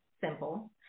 simple